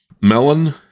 Melon